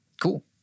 Cool